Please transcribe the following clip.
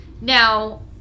Now